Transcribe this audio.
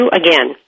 again